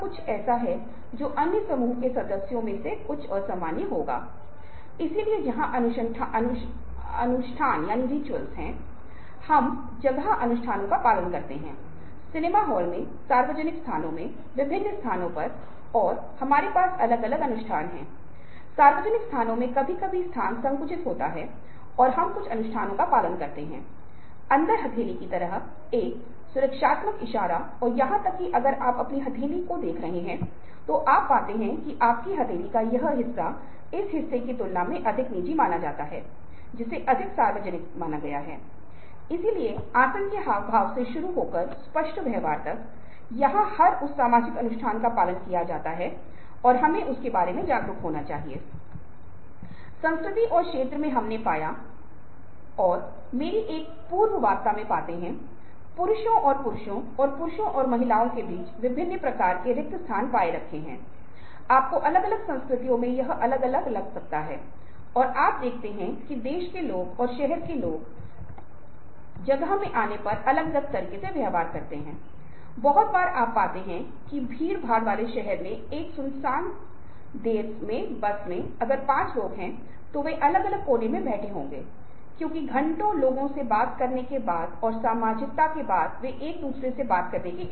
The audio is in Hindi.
संस्थागत क्योंकि व्यवसाय में और अनुसंधान में यह एक ऐसी चीज है जिस पर बहुत कुछ शोध चल रहा है और अब हम खुद थोड़ा शोध कर रहे हैं और यह बहुत महत्वपूर्ण है और यह अधिक सूक्ष्म और कुटिल हो गया है क्योंकि आज हेरफेर के पास जटिल चैनल कई चैनल हैं और इसलिए आप पाते हैं कि यह महसूस करना महत्वपूर्ण है कि यह बहुत सूक्ष्म है और जब हम कुछ प्रयोगों पर चर्चा करते हैं जब मैं आपके साथ हमारे कुछ कागजात साझा करता हूं जो अनुनय और हेरफेर से निपटते हैं तो आपको एहसास होगा यह कितना सूक्ष्म है कितना कुटिल कितना अस्पष्ट रूप से बहुत सूक्ष्मता से बहुत सूक्ष्मता से किया जा रहा है और जाहिर है इस प्रक्रिया में यह जातीयता संस्कृति मीडिया वैश्वीकरण और इतने पर और अधिक जटिल हो गया है